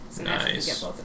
Nice